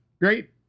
great